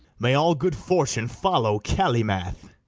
may all good fortune follow calymath!